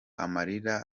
amarira